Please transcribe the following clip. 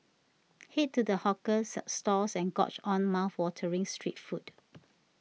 head to the hawker stalls and gorge on mouthwatering street food